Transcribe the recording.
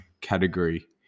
category